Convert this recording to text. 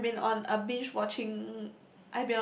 I've been on a binge watching